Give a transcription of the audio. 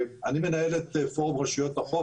אני מנהל את פורום רשויות החוף,